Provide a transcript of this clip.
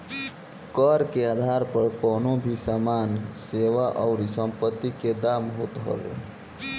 कर के आधार कवनो भी सामान, सेवा अउरी संपत्ति के दाम होत हवे